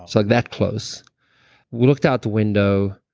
so that close wow looked out the window,